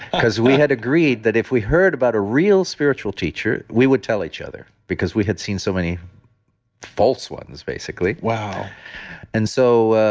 because we had agreed that if we heard about a real spiritual teacher, we would tell each other. because we had seen so many false ones basically wow and so